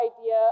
idea